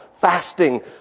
fasting